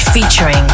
featuring